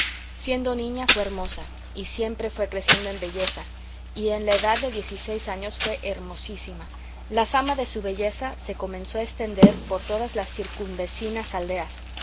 siendo niña fue hermosa y siempre fue creciendo en belleza y en la edad de diez y seis años fue hermosísima la fama de su belleza se comenzó a estender por todas las circunvecinas aldeas